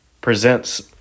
presents